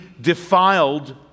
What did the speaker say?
defiled